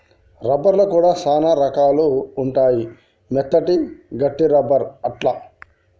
rubber లో కూడా చానా రకాలు ఉంటాయి మెత్తటి, గట్టి రబ్బర్ అట్లా